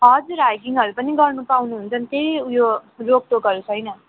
हजुर हाइकिङहरू पनि गर्नु पाउनुहुन्छ केही ऊ यो रोकटोकहरू छैन